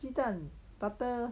鸡蛋 butter